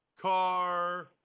car